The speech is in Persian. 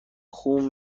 خون